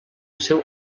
seu